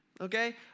okay